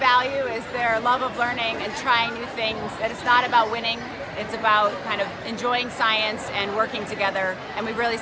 value is there a lot of learning and trying to think that it's not about winning it's about kind of enjoying science and working together and we really